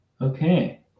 Okay